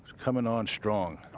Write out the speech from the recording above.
coming on strong.